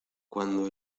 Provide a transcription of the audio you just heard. cuando